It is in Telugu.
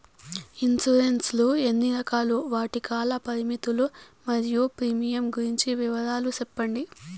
ఇన్సూరెన్సు లు ఎన్ని రకాలు? వాటి కాల పరిమితులు మరియు ప్రీమియం గురించి వివరాలు సెప్పండి?